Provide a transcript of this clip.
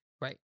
Right